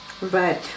Right